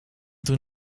toen